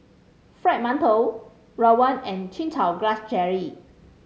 Fried Mantou rawon and Chin Chow Grass Jelly